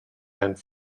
and